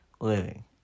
living